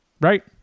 right